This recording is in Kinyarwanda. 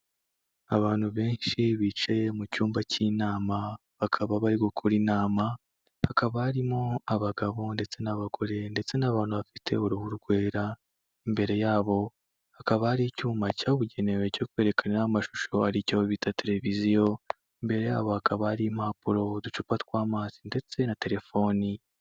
Abantu benshi bicaye mu cyumba k'inama bakaba bari gukora inama, hakaba harimo abagabo ndetse n'abagore ndetse n'abantu bafite uruhu rwera, imbere yabo hakaba hari icyuma cyabugenewe cyo kwerekaniraho amashusho ari cyo bita televiziyo, imbere yabo hakaba hari impapuro uducupa tw'amazi ndetse na telefoni.